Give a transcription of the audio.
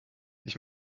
ich